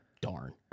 Darn